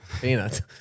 Peanuts